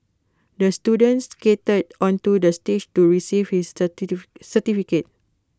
the student skated onto the stage to receive his certificate